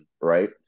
right